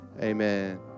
amen